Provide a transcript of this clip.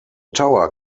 tower